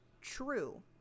True